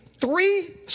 three